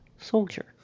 soldier